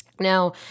now